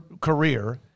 career